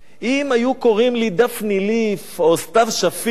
אם היו קוראים לי דפני ליף או סתיו שפיר,